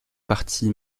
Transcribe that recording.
parti